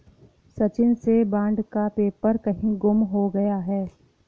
सचिन से बॉन्ड का पेपर कहीं गुम हो गया है